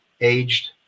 aged